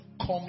come